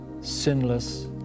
sinless